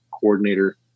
coordinator